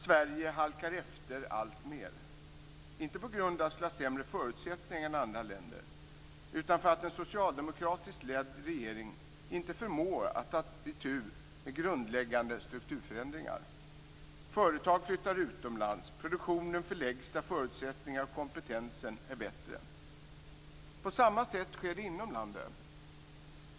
Sverige halkar efter alltmer, inte på grund av att vi skulle ha sämre förutsättningar än andra länder, utan för att en socialdemokratiskt ledd regering inte förmår ta itu med grundläggande strukturförändringar. Företag flyttar utomlands, och produktionen förläggs där förutsättningarna och kompetensen är bättre. Samma sak sker inom landet.